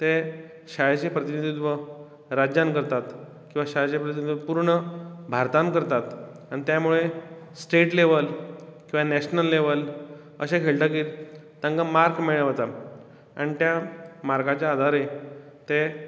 ते शाळेचे प्रतिनीधित्व राज्यांत करतात किंवां शाळेचे प्रतिनीधित्व पुर्ण भारतांत करतात आनी त्यामुळे स्टेट लेवल नेशन्ल लेवल अशे खेळटकीत तांकां मार्क मेळ्ळे वतात आनी त्या मार्काचेर आधारीत ते